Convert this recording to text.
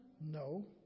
No